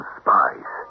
spies